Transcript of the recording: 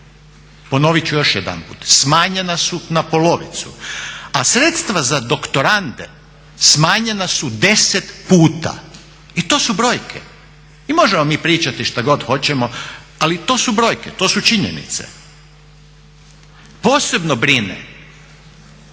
Ponovit ću još jedanput smanjena su na polovicu, a sredstva za doktorande smanjena su 10 puta i to su brojke. I možemo mi pričati šta god hoćemo, ali to su brojke, to su činjenice. Posebno brine